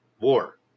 war